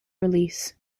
release